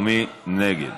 מי נגד?